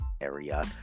area